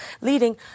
leading